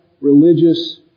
religious